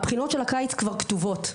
הבחינות של הקיץ כבר כתובות,